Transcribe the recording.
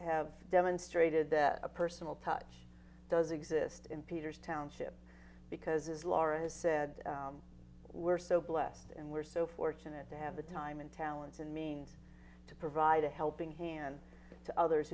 have demonstrated that a personal touch does exist in peter's township because it's lawrence said we're so blessed and we're so fortunate to have the time and talents and means to provide a helping hand to others